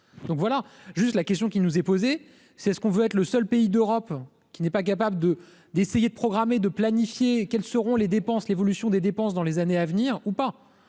donc voilà juste la question qui nous est posée, c'est ce qu'on veut être le seul pays d'Europe qui n'est pas capable de d'essayer de programmer de planifier, quelles seront les dépenses, l'évolution des dépenses dans les années à venir ou pas,